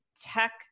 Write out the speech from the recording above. tech